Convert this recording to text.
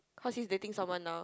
cause he's dating someone now